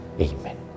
Amen